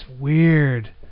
weird